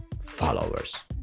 followers